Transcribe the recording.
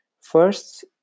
First